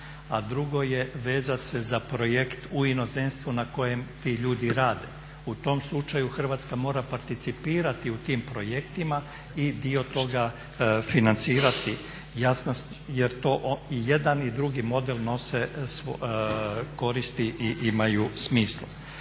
a drugo je vezati se za projekt u inozemstvu na kojem ti ljudi rade. U tom slučaju Hrvatska mora participirati u tim projektima i dio toga financirati jer i jedan i drugi model nose i koristi imaju smisla.